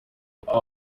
nkeka